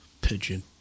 pigeon